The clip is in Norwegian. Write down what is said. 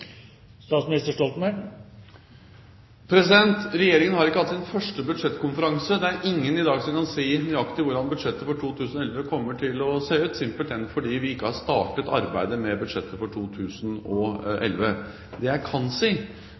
Regjeringen har ikke hatt sin første budsjettkonferanse. Det er ingen i dag som kan si nøyaktig hvordan budsjettet for 2011 kommer til å se ut, simpelthen fordi vi ikke har startet arbeidet med budsjettet for 2011. Det jeg kan si,